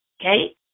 Okay